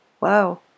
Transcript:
wow